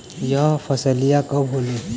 यह फसलिया कब होले?